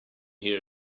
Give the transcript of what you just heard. here